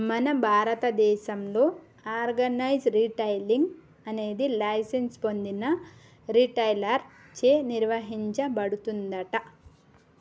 మన భారతదేసంలో organise retailing అనేది లైసెన్స్ పొందిన రిటైలర్ చే నిర్వచించబడుతుందంట